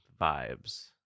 vibes